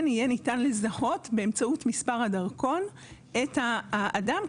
יהיה ניתן לזהות באמצעות מספר הדרכון את האדם,